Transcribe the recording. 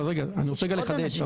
אני רוצה לחדד.